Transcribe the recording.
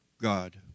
God